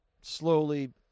slowly